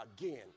again